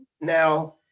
now